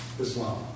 Islam